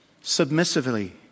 submissively